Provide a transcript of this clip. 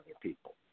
people